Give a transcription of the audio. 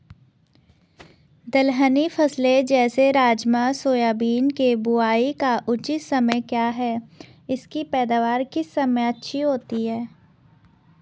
दलहनी फसलें जैसे राजमा सोयाबीन के बुआई का उचित समय क्या है इसकी पैदावार किस समय अच्छी होती है?